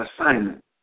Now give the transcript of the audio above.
assignment